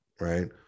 right